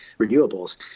renewables